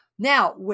Now